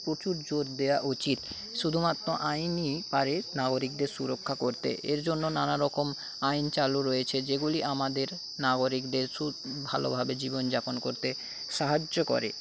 প্রচুর জোর দেওয়া উচিত শুধুমাত্র আইনই পারে নাগরিকদের সুরক্ষা করতে এর জন্য নানারকম আইন চালু রয়েছে যেগুলি আমাদের নাগরিকদের সু ভালোভাবে জীবনযাপন করতে সাহায্য করে